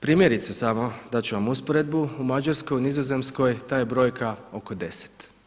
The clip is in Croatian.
Primjerice samo, dat ću vam usporedbu u Mađarskoj, u Nizozemskoj ta je brojka oko 10.